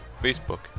Facebook